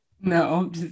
No